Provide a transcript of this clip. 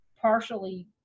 partially